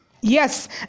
yes